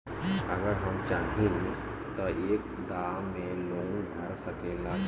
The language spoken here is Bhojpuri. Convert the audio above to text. अगर हम चाहि त एक दा मे लोन भरा सकले की ना?